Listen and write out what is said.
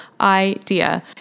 idea